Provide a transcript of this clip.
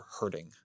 hurting